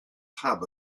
hub